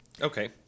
Okay